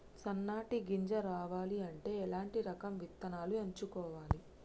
సన్నటి గింజ రావాలి అంటే ఎలాంటి రకం విత్తనాలు ఎంచుకోవాలి?